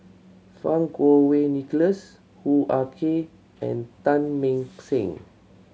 Fang Kuo Wei Nicholas Hoo Ah Kay and Teng Mah Seng